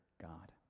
God